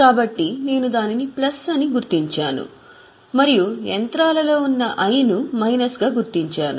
కాబట్టి నేను దానిని ప్లస్ అని గుర్తించాను మరియు యంత్రాలలో ఉన్న I ను మైనస్ గా గుర్తించాము